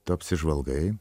tu apsižvalgai